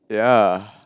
ya